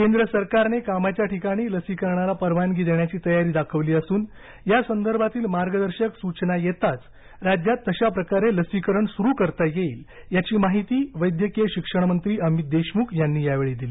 केंद्र सरकारने कामाच्या ठिकाणी लसीकरणाला परवानगी देण्याची तयारी दाखवली असून यासंदर्भातील मार्गदर्शक सुचना येताच राज्यात तशाप्रकारे लसीकरण सुरु करता येईल याची माहिती वैद्यकीय शिक्षण मंत्री अमित देशमुख यांनी यावेळी दिली